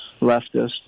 leftist